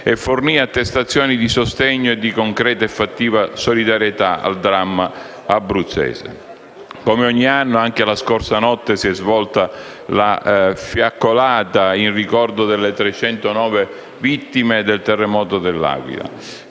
e fornì attestazioni di sostegno e concreta e fattiva solidarietà al dramma abruzzese. Come ogni anno, anche la scorsa notte si è svolta la fiaccolata in ricordo delle 309 vittime del terremoto dell'Aquila.